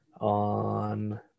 on